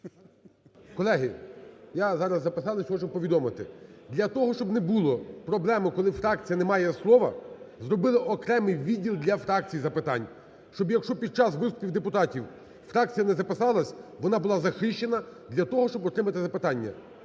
Колеги! Я… Зараз записались. Хочу повідомити. Для того, щоб не було проблеми, коли фракція немає слово, зробили окремий відділ для фракцій запитань. Щоб, якщо під час виступів депутатів, фракція не записалась, вона була захищена для того, щоб отримати запитання.